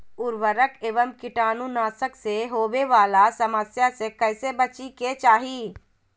उर्वरक एवं कीटाणु नाशक से होवे वाला समस्या से कैसै बची के चाहि?